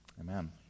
Amen